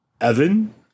Evan